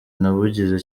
nabugize